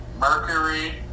Mercury